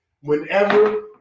whenever